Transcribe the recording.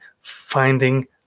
finding